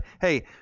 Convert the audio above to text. hey